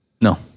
No